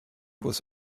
was